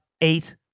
eight